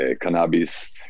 cannabis